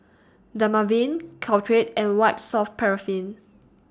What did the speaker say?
Dermaveen Caltrate and White Soft Paraffin